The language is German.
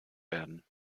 werden